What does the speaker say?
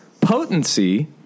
potency